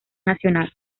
nacional